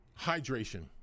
Hydration